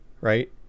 right